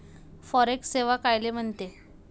Forex सेवा कायले म्हनते?